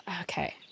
Okay